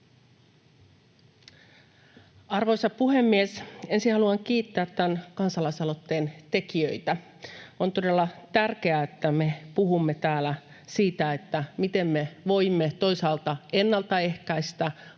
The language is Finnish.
Arvoisa puhemies! Ensin haluan kiittää tämän kansalais-aloitteen tekijöitä. On todella tärkeää, että me puhumme täällä siitä, miten me voimme toisaalta ennalta ehkäistä